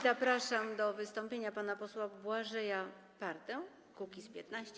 Zapraszam do wystąpienia pana posła Błażeja Pardę, Kukiz’15.